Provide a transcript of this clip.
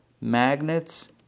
Magnets